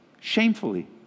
Shamefully